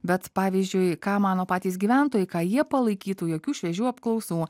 bet pavyzdžiui ką mano patys gyventojai ką jie palaikytų jokių šviežių apklausų